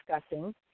discussing